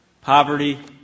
poverty